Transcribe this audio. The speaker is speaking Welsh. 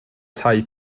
tai